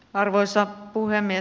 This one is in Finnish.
arvoisa puhemies